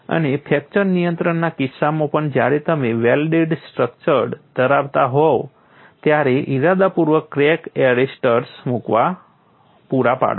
અને ફ્રેક્ચર નિયંત્રણના કિસ્સામાં પણ જ્યારે તમે વેલ્ડેડ સ્ટ્રક્ચર્સ ધરાવતા હોવ ત્યારે ઇરાદાપૂર્વક ક્રેક અરેસ્ટર્સ પૂરા પાડો